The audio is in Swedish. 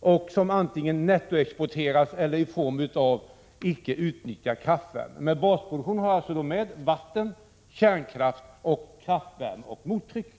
och som antingen nettoexporteras eller exporteras i form av icke-utnyttjad kraftvärme. Vi har en basproduktion med vatten, kärnkraft, kraftvärme och mottryck.